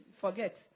Forget